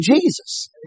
Jesus